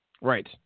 Right